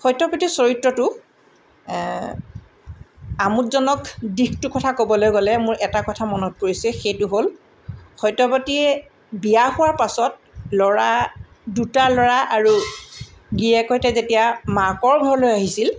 সত্যপতিৰ চৰিত্ৰটো আমোদজনক দিশটোৰ কথা ক'বলৈ গ'লে মোৰ এটা কথা মনত পৰিছে সেইটো হ'ল সত্যপতিয়ে বিয়া হোৱাৰ পাছত ল'ৰা দুটা ল'ৰা আৰু গিৰিকৰ সৈতে যেতিয়া মাকৰ ঘৰলৈ আহিছিল